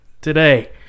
today